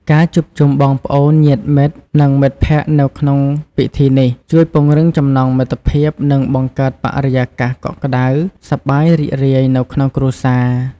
ការជួបជុំបងប្អូន ញាតិមិត្ត និងមិត្តភ័ក្តិនៅក្នុងពិធីនេះ ជួយពង្រឹងចំណងមិត្តភាព និងបង្កើតបរិយាកាសកក់ក្ដៅ សប្បាយរីករាយនៅក្នុងគ្រួសារ។